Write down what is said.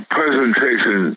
presentation